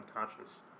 unconscious